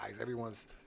everyone's